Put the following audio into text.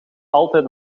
altijd